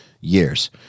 Years